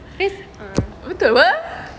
betul